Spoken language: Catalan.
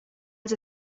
als